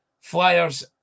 Flyers